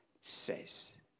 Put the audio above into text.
says